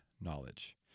knowledge